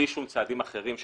ובלי צעדים אחרים,